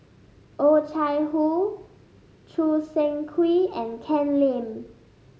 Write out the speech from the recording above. Oh Chai Hoo Choo Seng Quee and Ken Lim